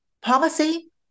policy